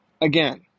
Again